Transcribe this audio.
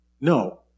No